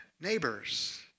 neighbors